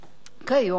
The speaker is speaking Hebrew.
כיום,